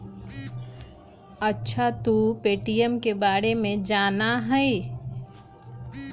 अच्छा तू पे.टी.एम के बारे में जाना हीं?